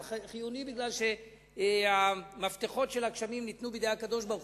אבל חיוני כי המפתחות של הגשמים ניתנו בידי הקדוש-ברוך-הוא,